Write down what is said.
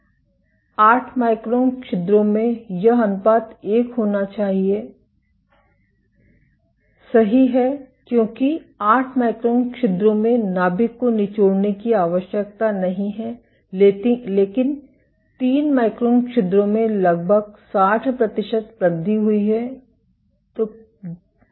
8 micron छिद्रों में यह अनुपात 1 होना चाहिए सही है क्योंकि 8 माइक्रोन छिद्रों में नाभिक को निचोड़ने की आवश्यकता नहीं है लेकिन 3 माइक्रोन छिद्रों में लगभग 60 प्रतिशत वृद्धि हुई है